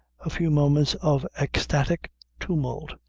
a few moments of ecstatic tumult,